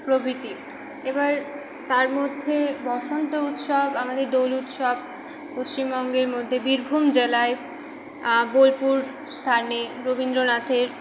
প্রভৃতি এবার তার মধ্যে বসন্ত উৎসব আমাদের দোল উৎসব পশ্চিমবঙ্গের মধ্যে বীরভূম জেলায় বোলপুর স্থানে রবীন্দ্রনাথের